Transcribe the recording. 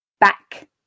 Back